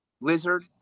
lizard